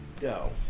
go